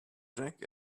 jack